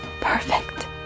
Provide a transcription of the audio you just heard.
Perfect